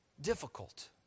difficult